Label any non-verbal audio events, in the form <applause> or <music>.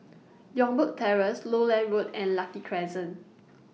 <noise> Youngberg Terrace Lowland Road and Lucky Crescent